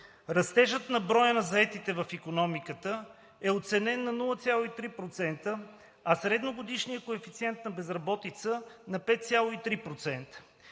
Растежът на броя на заетите в икономиката е оценен на 0,3%, а средногодишният коефициент на безработица – на 5,3%.